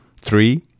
Three